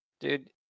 Dude